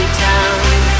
town